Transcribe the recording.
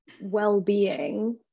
well-being